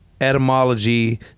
etymology